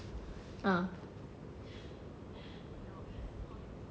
um